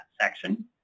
section